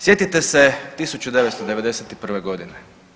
Sjetite se 1991. godine.